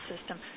system